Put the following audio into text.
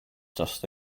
just